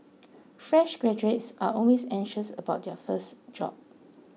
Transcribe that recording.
fresh graduates are always anxious about their first job